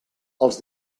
els